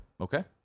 Okay